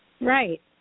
Right